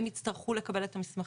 הם יצטרכו לקבל את המסמכים,